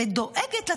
ודואגת לציבור,